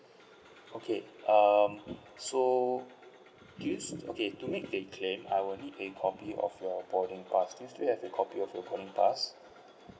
okay um so do you okay to make the claim I will need a copy of your boarding pass do you still have a copy of your boarding pass